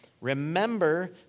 Remember